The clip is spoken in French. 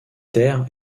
terres